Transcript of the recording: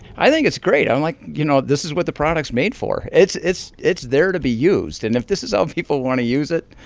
i think it's great. i'm like, you know, this is what the product's made for. it's it's there to be used. and if this is how people want to use it,